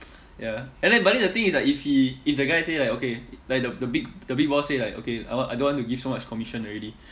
ya and then but then the thing is like if he if the guy say like okay like the big the big boss say like okay I want I don't want to give so much commission already